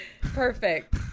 Perfect